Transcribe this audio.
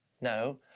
No